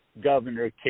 Governor